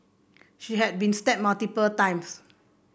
she had been stabbed multiple times